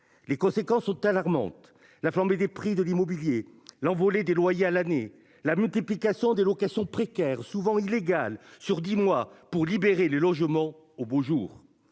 Les conséquences sont alarmantes. La flambée des prix de l'immobilier. L'envolée des loyers à l'année la multiplication des locations précaires souvent illégale sur 10 mois pour libérer les logements aux beaux jours